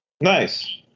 Nice